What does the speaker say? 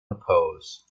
repose